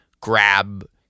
grab